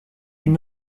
une